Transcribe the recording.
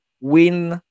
win